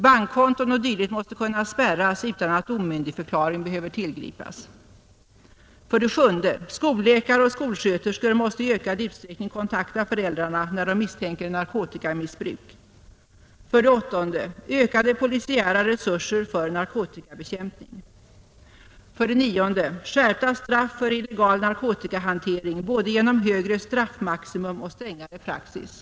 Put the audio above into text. Bankkonton o.d. måste kunna spärras utan att omyndigförklaring behöver tillgripas. 7. Skolläkare och skolsköterskor måste i ökad utsträckning kontakta föräldrarna när de misstänker narkotikamissbruk. 9. Skärpta straff för illegal narkotikahantering både genom högre straffmaximum och strängare praxis.